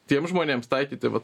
tiems žmonėms taikyti vat